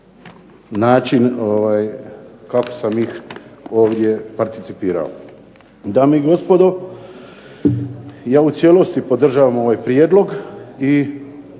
način kako sam ih ovdje participirao. Dame i gospodo, ja u cijelosti podržavam ovaj prijedlog i